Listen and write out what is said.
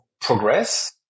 progress